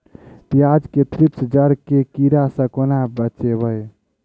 प्याज मे थ्रिप्स जड़ केँ कीड़ा सँ केना बचेबै?